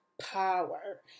power